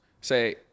say